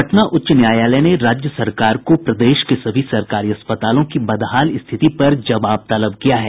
पटना उच्च न्यायालय ने राज्य सरकार को प्रदेश के सभी सरकारी अस्पतालों की बदहाल स्थिति पर जवाब तलब किया है